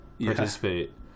participate